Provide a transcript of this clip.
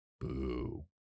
Boo